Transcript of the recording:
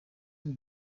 and